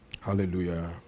Hallelujah